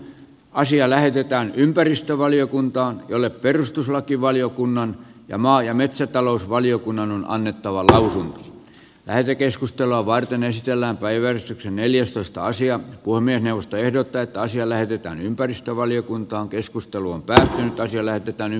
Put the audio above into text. asia lähetetään ympäristövaliokuntaan jolle perustuslakivaliokunnan ja maa ja metsätalousvaliokunnan on annettava alkavan lähetekeskustelua varten esitellään päivän neljästoista sijan kunnianeuvosto ehdottaa että asia lähetetään ympäristövaliokuntaankeskustelua asioiden menevän